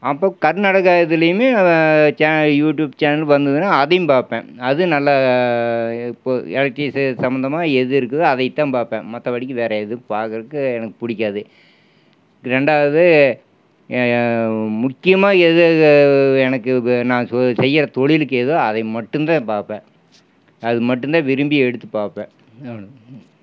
அப்போது கர்நாடகா இதுலேயுமே YouTube channel வந்ததுனா அதையும் பார்ப்பேன் அது நல்லா இப்போது எலக்ட்ரிக்ஸு சம்மந்தமாக எது இருக்குதோ அதை தான் பாப்பேன் மற்றபடிக்கு வேற எதுவும் பாக்கிறதுக்கு எனக்கு பிடிக்காது ரெண்டாவது முக்கியமாக எதெது எனக்கு நான் செய்கிற தொழிலுக்கு எதோ அதை மட்டும் தான் பாப்பேன் அது மட்டும் தான் விரும்பி எடுத்து பாப்பேன்